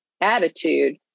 attitude